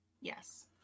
Yes